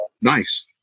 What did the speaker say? nice